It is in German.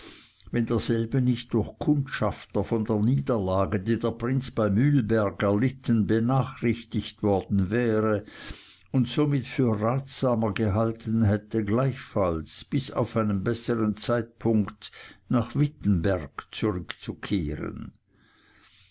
wenn derselbe nicht durch kundschafter von der niederlage die der prinz bei mühlberg erlitten benachrichtigt worden wäre und somit für ratsamer gehalten hätte gleichfalls bis auf einen besseren zeitpunkt nach wittenberg zurückzukehren